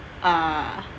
uh